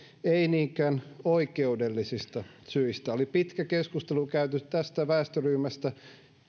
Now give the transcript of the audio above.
ei niinkään oikeudellisista syistä oli pitkä keskustelu käyty tästä väestöryhmästä